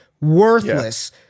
Worthless